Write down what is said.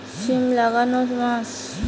সিম লাগানোর মাস?